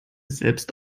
selbst